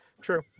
True